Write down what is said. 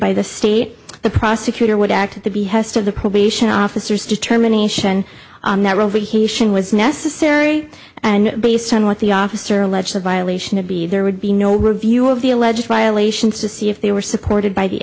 by the state the prosecutor would act at the behest of the probation officers determination that role the haitian was necessary and based on what the officer alleged violation to be there would be no review of the alleged violations to see if they were supported by the